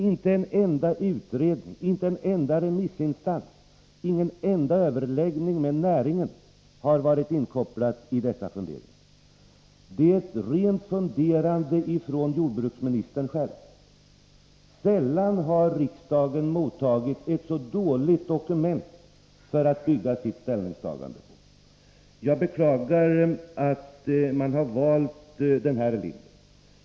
Inte en enda utredning, inte en enda remissin Fredagen den stans, ingen enda överläggning med näringen har varit kopplad till dessa 2 december 1983 funderingar. Det är ett rent funderande av jordbruksministern själv. Sällan har riksdagen mottagit ett så dåligt dokument att bygga sitt ställningstagande å Om förlängning av pe. gällande jord Jag beklagar att regeringen har valt den här linjen.